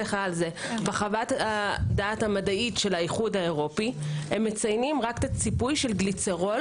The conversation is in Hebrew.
של האיחוד האירופי הם מציינים רק את הציפוי של גליצרול